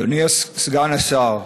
אדוני סגן השר,